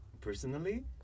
Personally